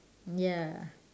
ya